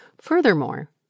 Furthermore